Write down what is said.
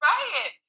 Right